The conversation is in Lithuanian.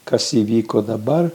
kas įvyko dabar